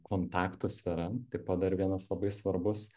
kontaktų sfera taip pat dar vienas labai svarbus